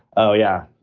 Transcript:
oh, yeah,